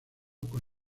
con